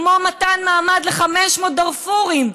כמו מתן מעמד ל-500 דארפורים,